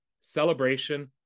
celebration